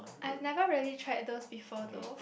I've never tried those before though